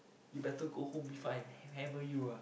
you better go home before I hammer you ah